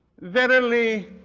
Verily